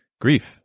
grief